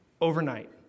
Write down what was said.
overnight